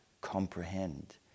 comprehend